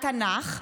התנ"ך,